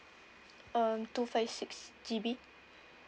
um two five six G_B